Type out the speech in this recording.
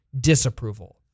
disapproval